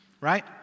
right